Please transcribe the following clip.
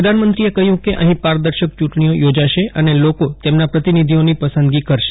પ્રધાનમંત્રીએ કહ્યું કે અહીં પારદર્શક ચૂંટણી થશે અને લોકો તેમના પ્રતિનિધિઓની પસંદગી કરશે